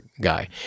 guy